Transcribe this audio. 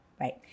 right